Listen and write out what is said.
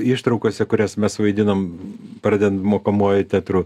ištraukose kurias mes vaidinom pradedant mokomuoju teatru